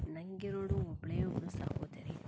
ನನ್ಗೆ ಇರೋವ್ಳು ಒಬ್ಬಳೇ ಒಬ್ಬಳು ಸಹೋದರಿ